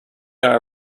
all